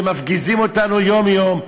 שמפגיזים אותנו יום-יום?